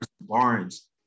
Barnes